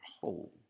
whole